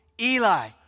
Eli